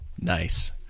Nice